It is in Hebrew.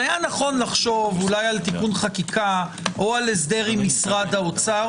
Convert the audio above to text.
היה נכון לחשוב על תיקון חקיקה או על הסדר עם משרד האוצר